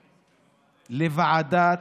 בשפרעם.